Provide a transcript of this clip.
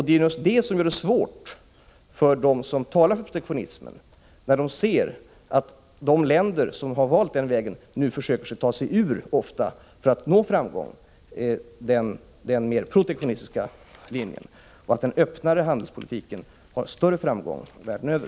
Det är just det som gör det svårt för dem som talar för protektionismen, när de ser att länder som valt att försöka ta sig ur den protektionistiska linjen för att försöka nå framgång har lyckats. De har kommit fram till att den öppnare handelspolitiken har större framgång världen över.